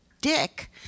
dick